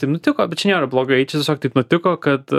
taip nutiko bet čia nėra blogai čia tiesiog taip nutiko kad